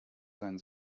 seinen